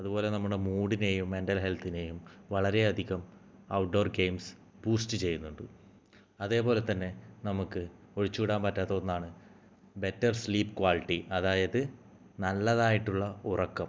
അതുപോലെ നമ്മുടെ മൂഡിനെയും മെൻ്റൽ ഹെൽത്തിനെയും വളരെയധികം ഔട്ട്ഡോർ ഗെയിംസ് ബൂസ്റ്റ് ചെയ്യുന്നുണ്ട് അതുപോലെ തന്നെ നമുക്ക് ഒഴിച്ചുകൂടാൻ പറ്റാത്ത ഒന്നാണ് ബെറ്റർ സ്ലീപ് കോളിറ്റി അതായത് നല്ലതായിട്ടുള്ള ഉറക്കം